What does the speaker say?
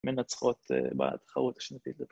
‫מנצחות בתחרות השנתית.